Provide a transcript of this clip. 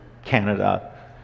Canada